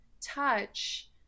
touch